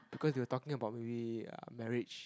because they were talking about maybe uh marriage